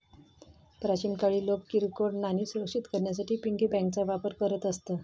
प्राचीन काळी लोक किरकोळ नाणी सुरक्षित करण्यासाठी पिगी बँकांचा वापर करत असत